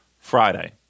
Friday